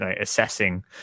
assessing